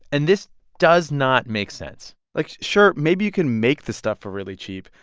and this does not make sense like, sure. maybe you can make this stuff for really cheap,